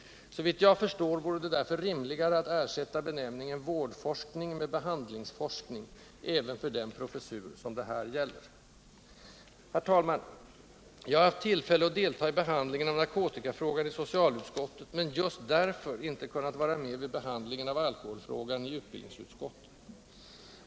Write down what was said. Såvitt jag förstår vore det därför rimligare att ersätta benämningen ”vårdforskning” med ”behandlingsforskning” även för den professur som det här gäller. Herr talman! Jag har haft tillfälle att deltaga i behandlingen av narkotikafrågan i socialutskottet men just därför inte kunnat vara med vid behandlingen av alkoholfrågan i utbildningsutskottet.